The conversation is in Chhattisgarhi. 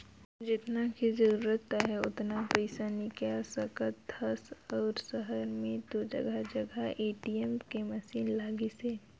जेतना के जरूरत आहे ओतना पइसा निकाल सकथ अउ सहर में तो जघा जघा ए.टी.एम के मसीन लगिसे